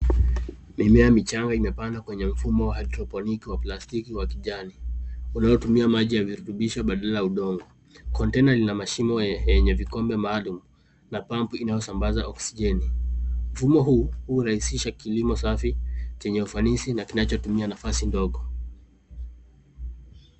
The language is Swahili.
Mimea michanga imepandwa kwenye mfumo wa haidroponiki wa plastiki wa kijani unaotumia maji ya virutubisho badala ya udongo. Kontena lina mashimo yenye vikombe maalum na pump inayosambaza oksijeni. Mfumo huu hurahisisha kilimo safi chenye ufanisi na kinachotumia nafasi ndogo.